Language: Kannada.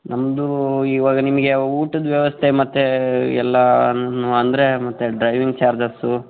ನಮ್ಮದು ಇವಾಗ ನಿಮಗೆ ಊಟದ ವ್ಯವಸ್ಥೆ ಮತ್ತು ಎಲ್ಲಾನು ಅಂದರೆ ಮತ್ತು ಡ್ರೈವಿಂಗ್ ಚಾರ್ಜಸ್ಸು